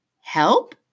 Help